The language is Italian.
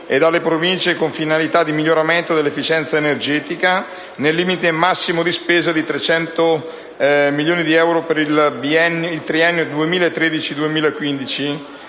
e Province con finalità di miglioramento dell'efficienza energetica nel limite massimo di spesa di 300 milioni di euro per il triennio 2013-2015.